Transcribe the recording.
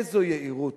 איזו יהירות.